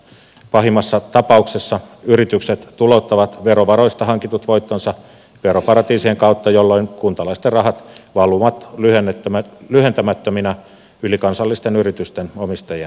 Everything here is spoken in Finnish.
pahimmassa tapauksessa yritykset tulouttavat verovaroista hankitut voittonsa veroparatiisien kautta jolloin kuntalaisten rahat valuvat lyhentämättöminä ylikansallisten yritysten omistajien taskuihin